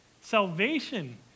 Salvation